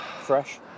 Fresh